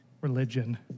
religion